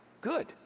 Good